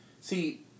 See